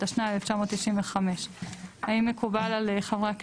התשנ"ה 1995."- האם מקובל על חברי הכנסת,